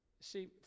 See